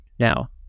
Now